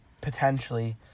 potentially